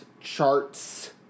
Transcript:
charts